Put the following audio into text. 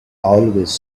always